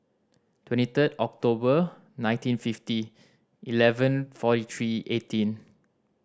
twenty third October nineteen fifty eleven forty three eighteen